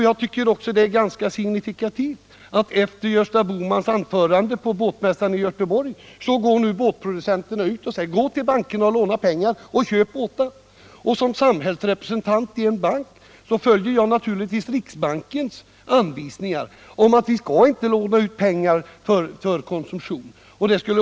Jag tycker också att det är ganska signifikativt att efter Gösta Bohmans anförande på båtmiässan i Göteborg går nu båtproducenterna ut och säger: Vänd er till bankerna och låna pengar och köp båtar. Som samhällsrepresentant i en bank följer jag naturligtvis riksbankens anvisningar om att vi inte skall låna ut pengar för konsumtion av detta slag.